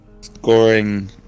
scoring